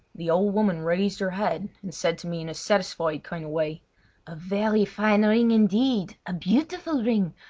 the old woman raised her head and said to me in a satisfied kind of way a very fine ring, indeed a beautiful ring!